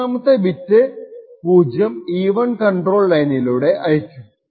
മൂന്നാമത്തെ bit 0 even control ലൈനിലൂടെ അയക്കും